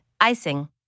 icing